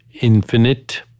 infinite